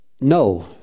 no